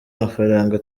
amafaranga